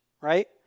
right